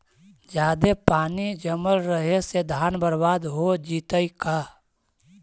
जादे पानी जमल रहे से धान बर्बाद हो जितै का?